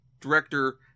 director